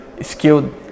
skilled